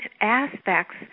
aspects